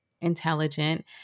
intelligent